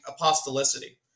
apostolicity